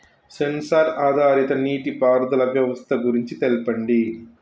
Censor ఆధారిత నీటిపారుదల వ్యవస్థ గురించి తెల్పండి?